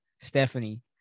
Stephanie